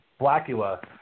Blackula